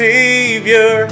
Savior